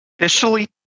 Initially